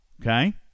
Okay